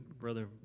brother